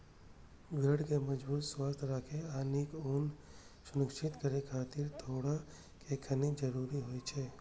भेड़ कें मजबूत, स्वस्थ राखै आ नीक ऊन सुनिश्चित करै खातिर थोड़ेक खनिज जरूरी होइ छै